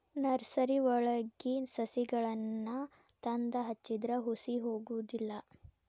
ನರ್ಸರಿವಳಗಿ ಸಸಿಗಳನ್ನಾ ತಂದ ಹಚ್ಚಿದ್ರ ಹುಸಿ ಹೊಗುದಿಲ್ಲಾ